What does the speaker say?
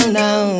now